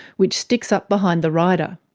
which sticks up behind the rider.